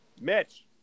Mitch